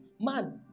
man